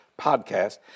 podcast